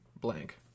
Blank